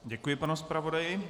Děkuji panu zpravodaji.